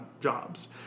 jobs